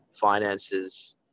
finances